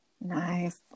Nice